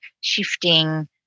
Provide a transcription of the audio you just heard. shifting